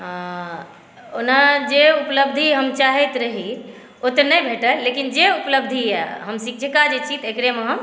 ओना जे उपलब्धि हम चाहैत रही ओ तऽ नहि भेटल लेकिन जे उपलब्धि यऽ हम शिक्षिका जे छी तेकरेमे हम